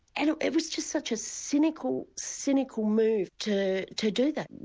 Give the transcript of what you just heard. and it was just such a cynical, cynical move to to do that.